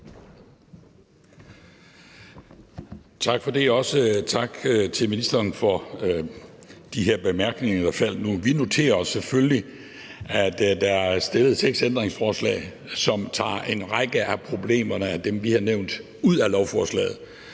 Tak for det, og også tak til ministeren for de bemærkninger, der faldt nu. Vi noterer os selvfølgelig, at der er stillet seks ændringsforslag, som tager en række af de problemer, vi har nævnt, ud af lovforslaget.